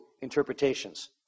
interpretations